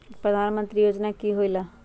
प्रधान मंत्री योजना कि होईला?